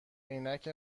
عینک